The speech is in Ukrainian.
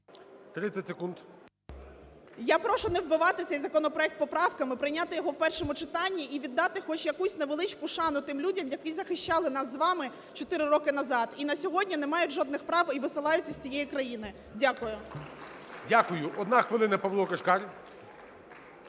Я прошу не вбивати цей законопроект поправками, прийняти його в першому читанні і віддати хоч якусь невеличку шану тим людям, які захищали нас з вами 4 роки назад і на сьогодні не мають жодних прав і висилають із цієї країни. Дякую. ГОЛОВУЮЧИЙ. Дякую. Одна хвилина, Павло Кишкар.